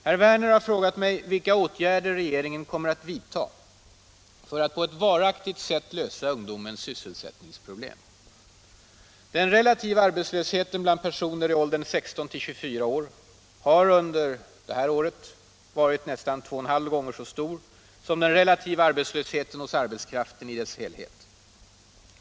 Herr Werner har frågat mig vilka åtgärder regeringen kommer att vidta för att på ett varaktigt sätt lösa ungdomens sysselsättningsproblem. Den relativa arbetslösheten bland personer i åldern 16-24 år har under innevarande år varit nästan två och en halv gånger så stor som den relativa arbetslösheten hos arbetskraften i dess helhet.